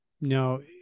No